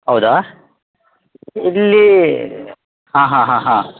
ಹೌದಾ ಇಲ್ಲಿ ಹಾಂ ಹಾಂ ಹಾಂ ಹಾಂ